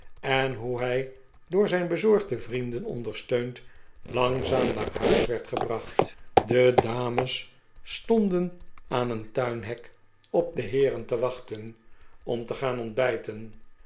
en hoe hij door zijn bezorgde vrienden ondersteund langzaam naar huis werd gebracht de dames stonden aan het tuinhek op de heeren te wachten om te gaan ontbijten